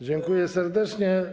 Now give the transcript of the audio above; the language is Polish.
Dziękuję serdecznie.